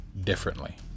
differently